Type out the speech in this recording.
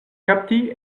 kapti